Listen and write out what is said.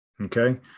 Okay